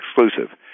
exclusive